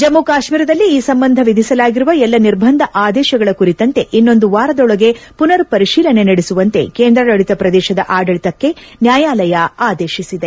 ಜಮ್ಮ ಕಾಶ್ಮೀರದಲ್ಲಿ ಈ ಸಂಬಂಧ ವಿಧಿಸಲಾಗಿರುವ ಎಲ್ಲ ನಿರ್ಬಂಧ ಆದೇಶಗಳ ಕುರಿತಂತೆ ಇನ್ನೊಂದು ವಾರದೊಳಗೆ ಪುನರ್ ಪರಿಶೀಲನೆ ನಡೆಸುವಂತೆ ಕೇಂದ್ರಾಡಳಿತ ಪ್ರದೇಶದ ಆಡಳಿತಕ್ಕೆ ನ್ಡಾಯಾಲಯ ಆದೇಶಿಸಿದೆ